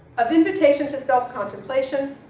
of invitation to self-contemplation,